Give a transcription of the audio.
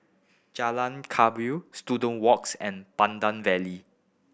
Jalan Kebaya Student Walks and Pandan Valley